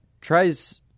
tries –